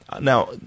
Now